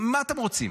מה אתם רוצים?